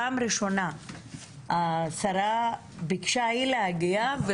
פעם ראשונה השרה ביקשה היא להגיע.